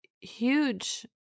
huge